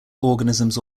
organisms